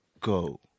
go